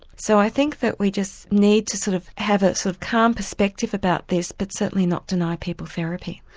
so i think that we just need to sort of have a sort of calm perspective about this but certainly not deny people therapy.